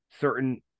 certain